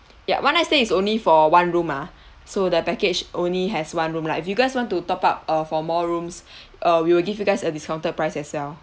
yup one night stay is only for one room ah so the package only has one room lah if you guys want to top up uh for more rooms uh we will give you guys a discounted price as well